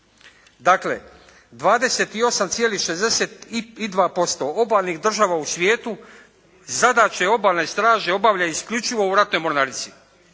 Dakle 28,62% obalnih država u svijetu zadaće obalne straže obavlja isključivo u ratnoj mornarici,